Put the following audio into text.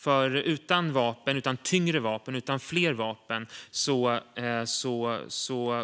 För utan tyngre vapen och utan fler vapen